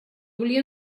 volia